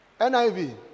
NIV